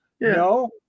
No